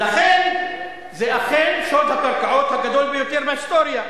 לכן זה אכן שוד הקרקעות הגדול ביותר בהיסטוריה.